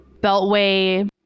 Beltway